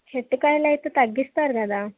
చెట్టు కాయలు అయితే తగ్గిస్తారు కదా